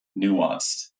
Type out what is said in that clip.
nuanced